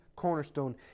cornerstone